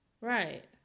Right